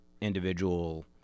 individual